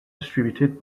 distributed